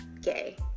gay